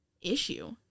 issue